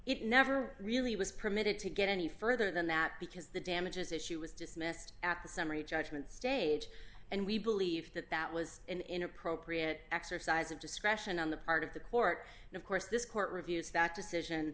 it never really was permitted to get any further than that because the damages issue was dismissed at the summary judgment stage and we believe that that was an inappropriate exercise of discretion on the part of the court and of course this court reviews that decision